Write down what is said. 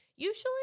usually